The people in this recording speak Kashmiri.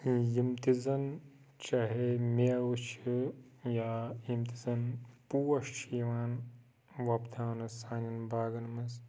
یِم تہِ زَن چاہے مٮ۪وٕ چھِ یا یِم تہِ زَن پوش چھِ یِوان وۄپداونہٕ سانٮ۪ن باغَن منٛز